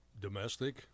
domestic